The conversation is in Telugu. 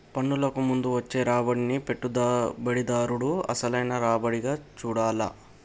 పన్నులకు ముందు వచ్చే రాబడినే పెట్టుబడిదారుడు అసలైన రాబడిగా చూడాల్ల